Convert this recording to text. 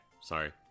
Sorry